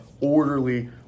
orderly